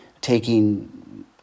taking